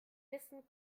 wissen